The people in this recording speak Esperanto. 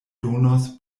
donos